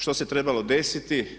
Što se trebalo desiti?